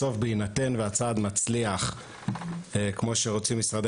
בסוף בהינתן והצעד מצליח כמו שרוצים משרדי